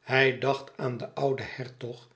hij dacht aan den ouden hertog